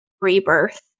rebirth